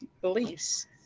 beliefs